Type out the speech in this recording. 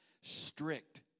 Strict